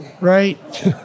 right